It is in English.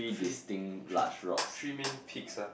three three three main peaks ah